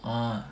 ah